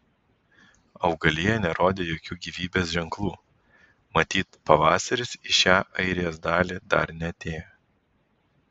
augalija nerodė jokių gyvybės ženklų matyt pavasaris į šią airijos dalį dar neatėjo